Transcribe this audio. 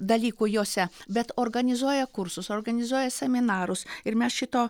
dalykų juose bet organizuoja kursus organizuoja seminarus ir mes šito